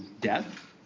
death